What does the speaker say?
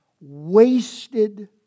wasted